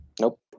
Nope